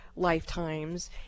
lifetimes